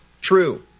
true